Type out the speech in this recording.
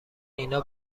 اینا